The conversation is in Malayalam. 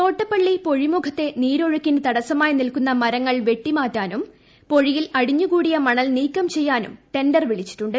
തോട്ടപ്പള്ളി പൊഴി മുഖത്തെ നീരൊഴുക്കിന് തടസ്സമായി നിൽക്കുന്ന മരങ്ങൾ വെട്ടി മാറ്റാനും പൊഴിയിൽ അടിഞ്ഞു കൂടിയ മണൽ നീക്കം ചെയ്യാനും ടെന്റർ വിളിച്ചിട്ടുണ്ട്